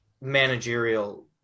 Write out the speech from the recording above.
managerial